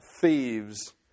thieves